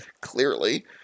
clearly